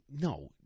No